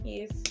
Yes